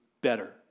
better